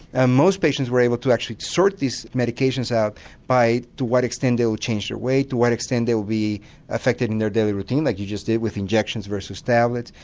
ah most patients were able to actually sort these medications out by to what extent they will change their ways, to what extent they will be affected in their daily routine like you just did with injections versus tablets.